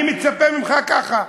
אני מצפה ממך, ככה,